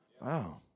Wow